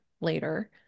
later